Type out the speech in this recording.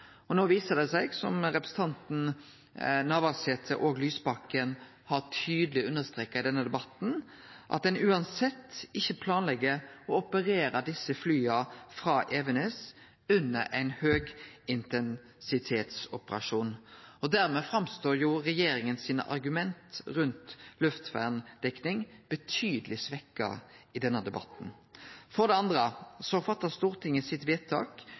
No viser det seg, som representantane Liv Signe Navarsete og Audun Lysbakken tydeleg har understreka i denne debatten, at ein uansett ikkje planlegg å operere desse flya frå Evenes under ein høgintensitetsoperasjon. Dermed står regjeringa sine argument rundt luftverndekning fram som betydeleg svekte i denne debatten. For det andre gjorde Stortinget vedtaket sitt